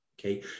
Okay